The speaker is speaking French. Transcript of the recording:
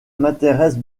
m’intéresse